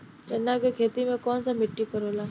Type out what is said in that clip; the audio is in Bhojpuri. चन्ना के खेती कौन सा मिट्टी पर होला?